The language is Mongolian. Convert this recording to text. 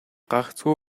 гагцхүү